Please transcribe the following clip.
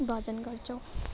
भजन गर्छौँ